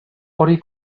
hori